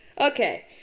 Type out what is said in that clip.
Okay